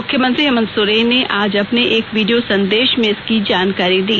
मुख्यमंत्री हेमंत सोरेन ने आज अपने एक वीडियो सन्देश में इसकी जानकारी दी